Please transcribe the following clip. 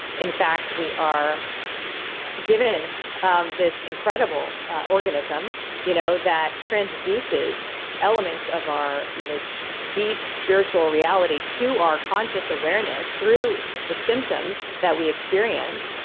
in fact, we are given um this incredible organism you know that transduces elements of our you know deep spiritual reality to our conscious awareness through the symptoms that we experience,